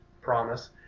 promise